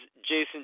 Jason